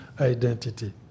identity